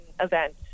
event